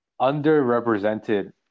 underrepresented